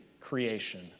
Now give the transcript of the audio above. creation